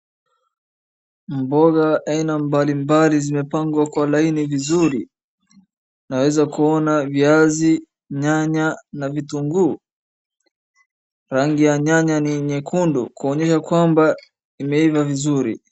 Mboga aina mbalimbali zimepangwa kwa laini vizuri. Naweza kuona viazi, nyanya, na vitunguu. Rangi ya nyanya ni nyekundu kuonyesha kwamba imeiva vizuri.